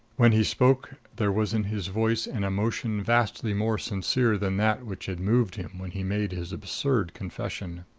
when he spoke there was in his voice an emotion vastly more sincere than that which had moved him when he made his absurd confession.